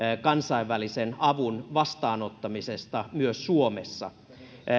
kansainvälisen avun vastaanottamisesta myös suomessa